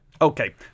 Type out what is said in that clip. Okay